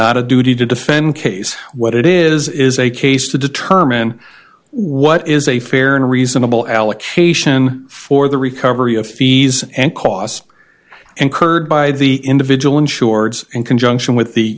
not a duty to defend case what it is is a case to determine what is a fair and reasonable allocation for the recovery of fees and costs incurred by the individual insureds in conjunction with the